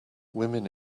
women